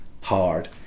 hard